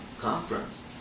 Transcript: conference